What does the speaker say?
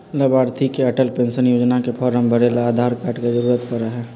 लाभार्थी के अटल पेन्शन योजना के फार्म भरे ला आधार कार्ड के जरूरत पड़ा हई